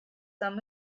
some